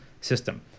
system